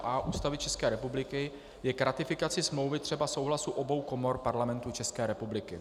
a) Ústavy České republiky je k ratifikaci smlouvy třeba souhlasu obou komor Parlamentu České republiky.